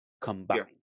combined